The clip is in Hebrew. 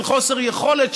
של חוסר יכולת,